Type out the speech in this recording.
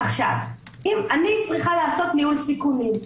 אני צריכה לעשות ניהול סיכונים,